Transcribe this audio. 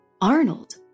Arnold